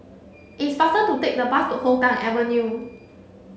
it's faster to take the bus to Hougang Avenue